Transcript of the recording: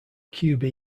cube